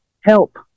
Help